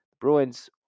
Bruins